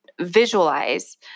visualize